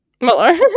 Muller